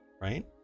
right